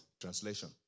translation